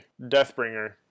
Deathbringer